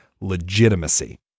legitimacy